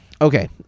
okay